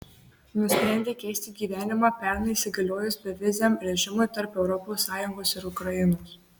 nusprendė keisti gyvenimą pernai įsigaliojus beviziam režimui tarp europos sąjungos ir ukrainos